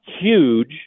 huge